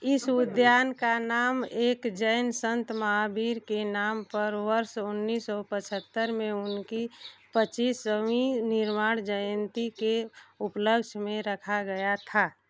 इस उद्यान का नाम एक जैन संत महावीर के नाम पर वर्ष उन्नीस सौ पचहत्तर में उनकी पच्चीस सौ वीं निर्वाण जयंती के उपलक्ष्य में रखा गया था